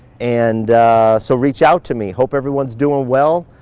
and so reach out to me. hope everyone's doing well.